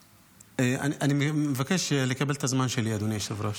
אני מבקש לקבל את הזמן שלי, אדוני היושב-ראש.